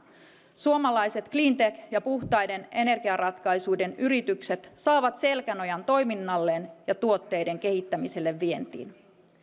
suomalaiset cleantech ja puhtaiden energiaratkaisuiden yritykset saavat selkänojan toiminnalleen ja tuotteiden kehittämiselle vientiin